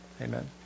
Amen